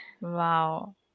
Wow